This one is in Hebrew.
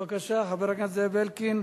בבקשה, חבר הכנסת זאב אלקין,